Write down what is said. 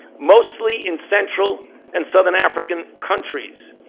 mostly in central and southern african countries.